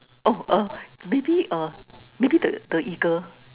oh uh maybe uh maybe the eagle